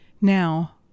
Now